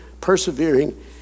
persevering